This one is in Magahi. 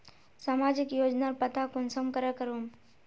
सामाजिक योजनार पता कुंसम करे करूम?